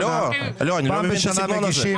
לא, אני לא מבין את הסגנון הזה.